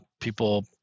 people